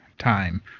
time